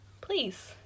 please